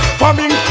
farming